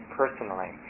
personally